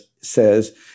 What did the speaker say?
says